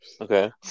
Okay